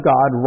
God